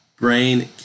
brain